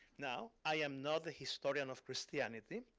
now, i am not the historian of christianity.